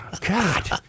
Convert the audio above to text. God